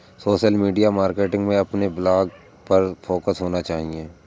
social media marketing में अपने blog पर फोकस होना चाहिए